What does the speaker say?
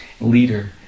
leader